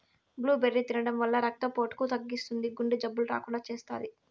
blueberry తినడం వల్ల రక్త పోటును తగ్గిస్తుంది, గుండె జబ్బులు రాకుండా చేస్తాది